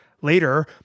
later